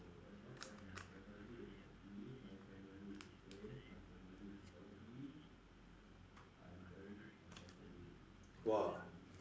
!wah!